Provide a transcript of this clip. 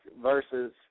versus